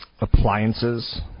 appliances